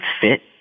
fit